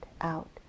out